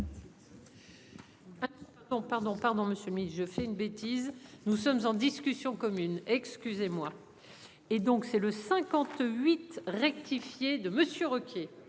Non pardon, pardon monsieur, mais je fais une bêtise. Nous sommes en discussion commune. Excusez-moi. Et donc c'est le 58 rectifié de Monsieur Ruquier.